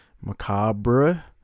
Macabre